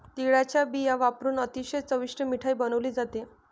तिळाचा बिया वापरुन अतिशय चविष्ट मिठाई बनवली जाते